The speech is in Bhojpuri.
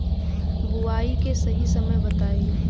बुआई के सही समय बताई?